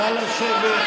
נא לשבת.